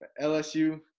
LSU